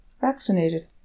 vaccinated